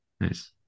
Nice